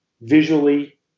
visually